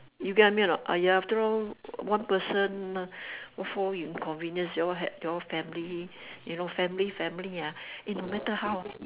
you get what I mean a not !aiya! after all one person what for you inconvenience y'all have y'all family you know family family ah eh no matter how ah